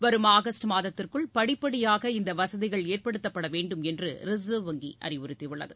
வரும் ஆகஸ்ட் மாதத்திற்குள் படிப்படியாக இந்த வசதிகள் ஏற்படுத்தப்படவேண்டும் என்று ரிசர்வ் வங்கி அறிவுறுத்தி உள்ளது